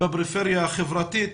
בפריפריה החברתית,